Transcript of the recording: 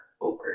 over